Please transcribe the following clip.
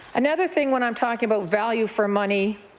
another thing when i'm talking about value for money,